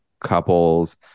couples